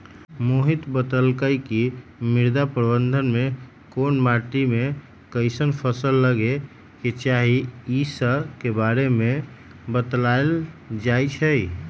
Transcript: मोहित बतलकई कि मृदा प्रबंधन में कोन माटी में कईसन फसल लगे के चाहि ई स के बारे में बतलाएल जाई छई